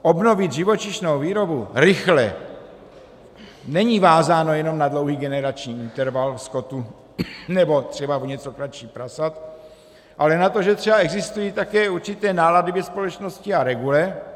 Obnovit živočišnou výrobu rychle není vázáno jenom na dlouhý generační interval skotu nebo třeba o něco kratší prasat, ale na to, že třeba existují také určité nálady ve společnosti a regule.